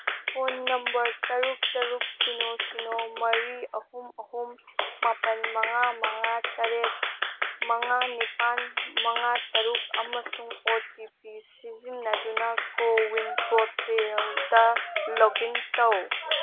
phone number ꯇꯔꯨꯛ ꯇꯔꯨꯛ ꯁꯤꯅꯣ ꯁꯤꯅꯣ ꯃꯔꯤ ꯑꯍꯨꯝ ꯑꯍꯨꯝ ꯃꯥꯄꯟ ꯃꯉꯥ ꯃꯉꯥ ꯇꯔꯦꯠ ꯃꯉꯥ ꯅꯤꯄꯥꯟ ꯃꯉꯥ ꯇꯔꯨꯛ ꯑꯃꯁꯨꯡ ꯑꯣ ꯇꯤ ꯄꯤ ꯁꯤꯖꯤꯟꯅꯗꯨꯅ ꯀꯣꯋꯤꯟ ꯄꯣꯔꯇꯦꯜꯗ ꯂꯣꯛꯏꯟ ꯇꯧ